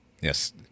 Yes